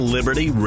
Liberty